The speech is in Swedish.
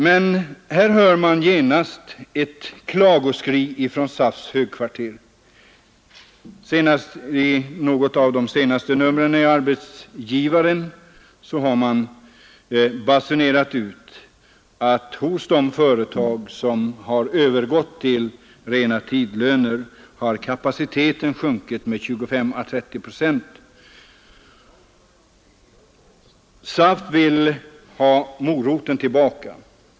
Men här hörs genast ett klagoskri från SAF:s högkvarter. I ett av de senaste numren av Arbetsgivaren har man basunerat ut att hos de företag som övergått till rena tidlöner har kapaciteten sjunkit med 25—30 procent. SAF vill ha moroten tillbaka.